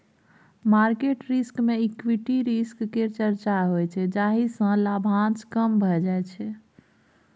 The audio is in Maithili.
मार्केट रिस्क मे इक्विटी रिस्क केर चर्चा होइ छै जाहि सँ लाभांश कम भए जाइ छै